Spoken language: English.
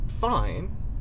fine